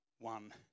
one